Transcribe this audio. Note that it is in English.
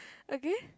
okay